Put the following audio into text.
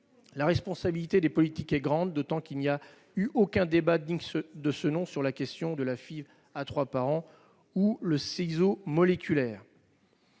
La responsabilité des politiques est grande, d'autant qu'il n'y a eu aucun débat digne de ce nom sur la fécondation à trois parents ou le ciseau moléculaire.